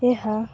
ଏହା